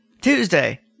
tuesday